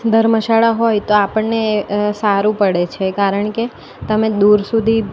ધર્મશાળા હોય તો આપણને સારું પડે છે કારણ કે તમે દૂર સુધી